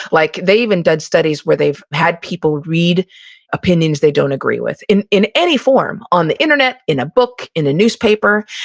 like they've even done studies where they've had people read opinions they don't agree with, in in any form, on the internet, in a book, in a newspaper,